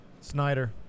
snyder